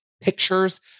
Pictures